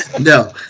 No